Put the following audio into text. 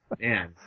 man